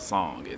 Song